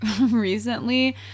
recently